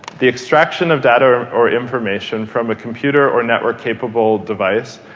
the extraction of data or information from a computer or network capable device.